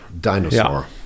Dinosaur